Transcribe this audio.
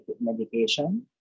medication